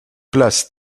place